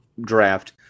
Draft